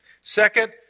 Second